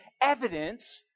evidence